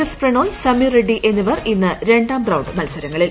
S Prannoy Sameer Reddy എന്നിവർ ഇന്ന് രണ്ടാം റൌണ്ട് മൽസരങ്ങളിൽ